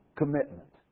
commitment